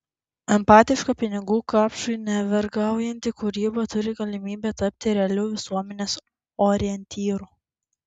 empatiška pinigų kapšui nevergaujanti kūryba turi galimybę tapti realiu visuomenės orientyru